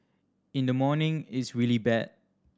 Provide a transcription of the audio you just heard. in the morning it's really bad